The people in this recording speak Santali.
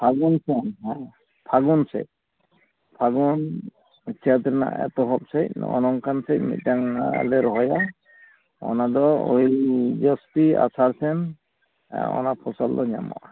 ᱯᱟᱹᱜᱩᱱ ᱥᱮᱱ ᱦᱟᱜ ᱯᱷᱟᱹᱜᱩᱱ ᱥᱮᱡ ᱯᱷᱟᱹᱜᱩᱱ ᱪᱟᱹᱛ ᱨᱮᱱᱟᱜ ᱮᱛᱚᱦᱚᱵ ᱥᱮᱡ ᱱᱚᱜᱼᱚ ᱱᱚᱝᱠᱟᱱ ᱥᱮᱡ ᱢᱤᱫᱴᱟᱝ ᱦᱟᱜᱞᱮ ᱨᱚᱦᱚᱭᱟ ᱚᱱᱟᱫᱚ ᱳᱭ ᱡᱳᱥᱴᱤ ᱟᱥᱟᱲ ᱥᱮᱫ ᱚᱱᱟ ᱯᱷᱚᱥᱚᱞ ᱫᱚ ᱧᱟᱢᱚᱜᱼᱟ